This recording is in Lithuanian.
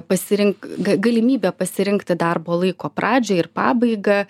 pasirink ga galimybę pasirinkti darbo laiko pradžią ir pabaigą